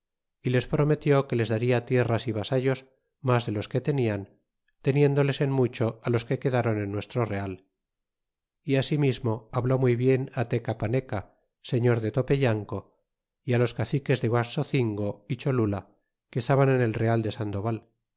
y les prometió que les darla tierras y vasallos mas de los que tenian teniéndoles en mucho los que quedron en nuestro real y asimismo habló muy bien tecapaneca señor de topeyanco y los caciques de guaxocingo y cholula que estaban en el real de sandoval